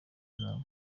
zabo